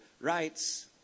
rights